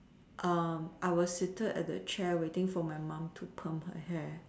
I was seated at the chair waiting for my mom to perm her hair